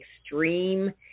extreme